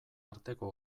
arteko